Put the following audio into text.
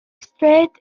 straight